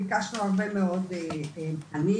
ביקשנו הרבה מאוד מענים,